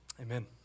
Amen